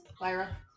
lyra